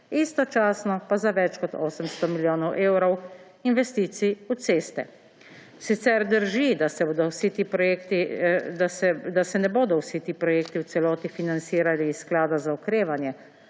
istočasno pa za več kot 800 milijonov evrov investicij v ceste. Sicer drži, da se ne bodo vsi ti projekti v celoti financirali iz Sklada za okrevanje,